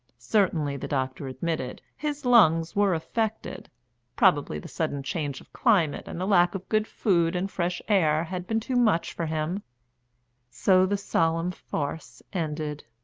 certainly, the doctor admitted, his lungs were affected probably the sudden change of climate and the lack of good food and fresh air had been too much for him so the solemn farce ended,